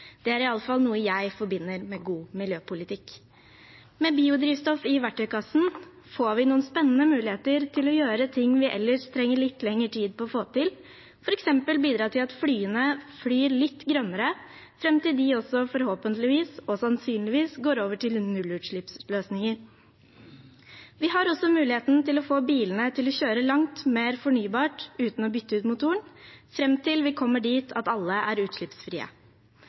Det er iallfall noe jeg forbinder med god miljøpolitikk. Med biodrivstoff i verktøykassen får vi noen spennende muligheter til å gjøre ting vi ellers trenger litt lengre tid til å få til, f.eks. bidra til at flyene flyr litt grønnere, fram til også de forhåpentligvis og sannsynligvis går over til nullutslippsløsninger. Vi har også muligheten til å få bilene til å kjøre langt mer fornybart uten å bytte ut motoren, fram til vi kommer dit at alle biler er utslippsfrie.